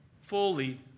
fully